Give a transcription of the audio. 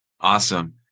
Awesome